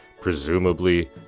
Presumably